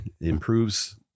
improves